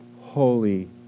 holy